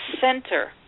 center